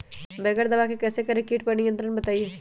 बगैर दवा के कैसे करें कीट पर नियंत्रण बताइए?